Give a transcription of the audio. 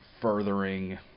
furthering